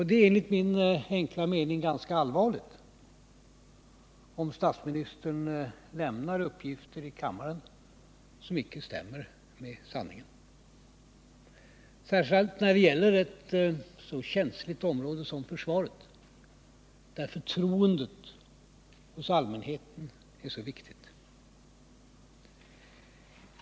Det är enligt min enkla mening ganska allvarligt om statsministern lämnar uppgifter i kammaren som icke överensstämmer med sanningen, särskilt när det gäller ett så känsligt område som försvaret, där förtroendet hos allmänheten är så viktigt.